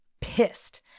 pissed